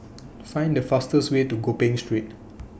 Find The fastest Way to Gopeng Street